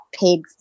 paid